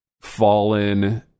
fallen